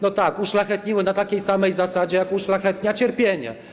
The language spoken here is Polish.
No tak, uszlachetniły na takiej samej zasadzie, jak uszlachetnia cierpienie.